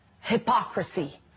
Hypocrisy